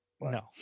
no